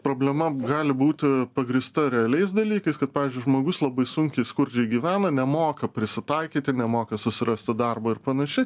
problema gali būti pagrįsta realiais dalykais kad pavyzdžiui žmogus labai sunkiai skurdžiai gyvena nemoka prisitaikyti nemoka susirasti darbo ir panašiai